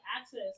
access